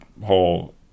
whole